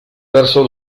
verso